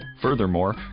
Furthermore